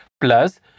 plus